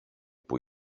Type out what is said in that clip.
που